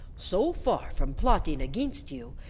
so far from plotting against you,